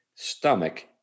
stomach